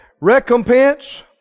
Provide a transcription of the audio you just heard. recompense